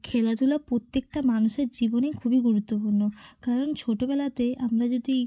খেলাধুলা প্রত্যেকটা মানুষের জীবনে খুবই গুরুত্বপূর্ণ কারণ ছোটোবেলাতে আমরা যদি